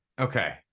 okay